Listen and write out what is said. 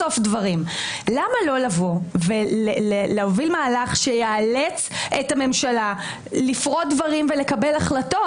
למה לא לבוא ולהוביל מהלך שייאלץ את הממשלה לפרוט דברים ולקבל החלטות?